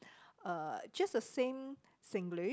uh just the same Singlish